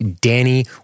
Danny